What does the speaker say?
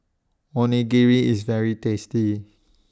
Onigiri IS very tasty